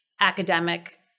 academic